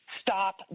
Stop